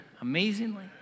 Amazingly